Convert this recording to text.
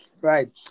right